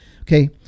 Okay